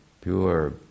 pure